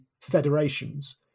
federations